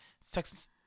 sex